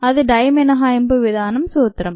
అది డై మినహాయింపు విధానం సూత్రం